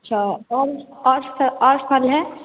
अच्छा और और फ और फल है